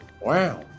Wow